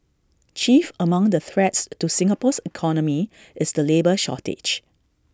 chief among the threats to Singapore's economy is the labour shortage